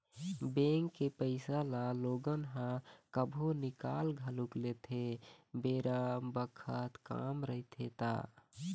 bank के पइसा ल लोगन ह कभु निकाल घलोक लेथे बेरा बखत काम रहिथे ता